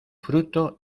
fruto